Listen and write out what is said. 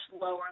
lower